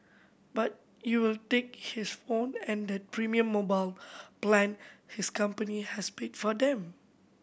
but you'll take his phone and that premium mobile plan his company has paid for him